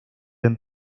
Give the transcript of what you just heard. ven